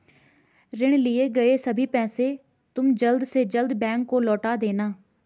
ऋण लिए गए सभी पैसे तुम जल्द से जल्द बैंक को लौटा देना